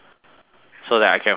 so that I can fly